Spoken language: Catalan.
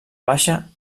baixa